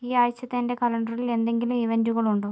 ഈ ആഴ്ചത്തെ എൻ്റെ കലണ്ടറിൽ എന്തെങ്കിലും ഇവൻ്റുകൾ ഉണ്ടോ